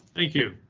thank you.